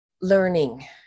Learning